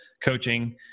coaching